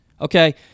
Okay